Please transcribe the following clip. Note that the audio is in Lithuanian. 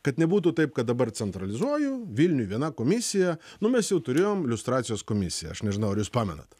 kad nebūtų taip kad dabar centralizuoji vilniuje viena komisija nu mes jau turėjom liustracijos komisiją aš nežinau ar jūs pamenat